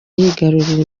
yigarurira